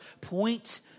point